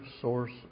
source